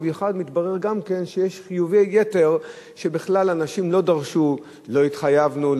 ובמיוחד מתברר גם כן שיש חיובי יתר שבכלל אנשים לא דרשו: לא התחייבנו,